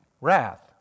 wrath